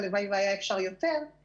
הלוואי והיה אפשר יותר,